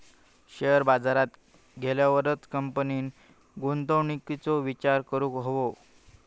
share बाजारात गेल्यावरच कंपनीन गुंतवणुकीचो विचार करूक हवो